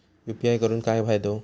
UPI करून काय फायदो?